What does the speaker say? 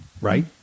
right